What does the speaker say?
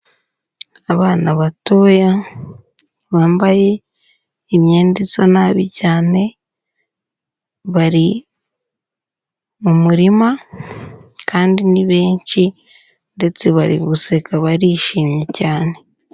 Abana batoya bambaye imyenda isa nabi cyane, bari mu murima kandi ni benshi ndetse bari guseka barishimye cyane.